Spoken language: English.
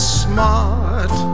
smart